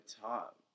top